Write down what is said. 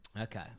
Okay